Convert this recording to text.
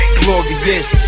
glorious